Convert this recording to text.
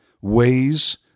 ways